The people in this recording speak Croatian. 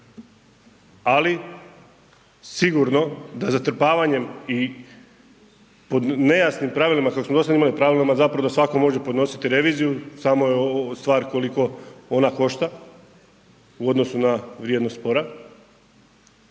ali sigurno da zatrpavanje i pod nejasnim pravilima kako smo dosada imali, pravilima zapravo da svako može podnositi reviziju samo je stvar koliko ona košta u odnosu na vrijednost spora,